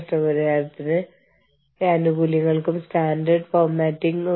ഈ കാര്യങ്ങൾ അനുദിനം മാറിക്കൊണ്ടിരിക്കും